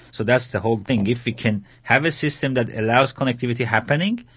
so that's the whole thing, if we can have a system that allows connectivity happening,